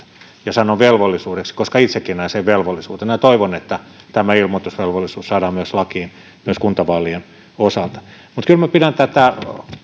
sanon velvollisuudeksi koska itsekin näen sen velvollisuutena ja toivon että tämä ilmoitusvelvollisuus saadaan myös lakiin myös kuntavaalien osalta mutta kyllä minä pidän tätä